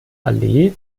allee